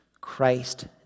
Christ